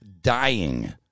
dying